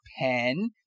pen